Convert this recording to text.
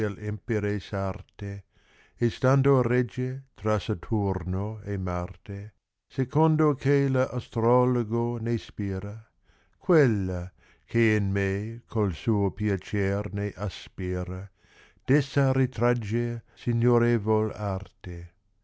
sarte e stando regge tra saturno e marte secondo che lo astrologo ne spira quella che in me col suo piacer ne aspira d essa rìcragge signorevol arte